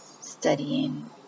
studying